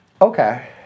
Okay